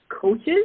coaches